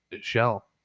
shell